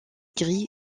gris